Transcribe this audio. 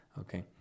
Okay